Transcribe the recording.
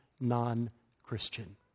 non-Christian